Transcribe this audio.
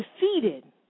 defeated